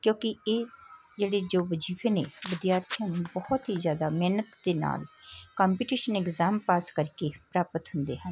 ਕਿਉਂਕਿ ਇਹ ਜਿਹੜੀ ਜੋ ਵਜੀਫੇ ਨੇ ਵਿਦਿਆਰਥੀਆਂ ਨੂੰ ਬਹੁਤ ਹੀ ਜ਼ਿਆਦਾ ਮਿਹਨਤ ਦੇ ਨਾਲ ਕੰਪੀਟੀਸ਼ਨ ਇਗਜ਼ਾਮ ਪਾਸ ਕਰਕੇ ਪ੍ਰਾਪਤ ਹੁੰਦੇ ਹਨ